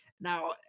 Now